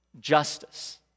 Justice